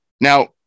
Now